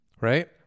Right